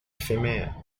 éphémères